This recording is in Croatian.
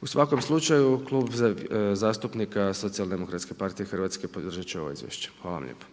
U svakom slučaju Klub zastupnika Socijaldemokratske partije Hrvatske podržat će ovo izvješće. Hvala vam lijepo.